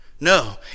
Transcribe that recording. No